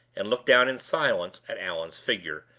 and looked down in silence at allan's figure,